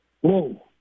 whoa